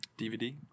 DVD